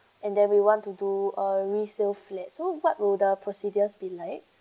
and then we want to do a resale flat so what would the procedures be like